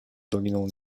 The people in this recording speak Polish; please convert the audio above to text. doliną